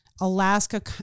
Alaska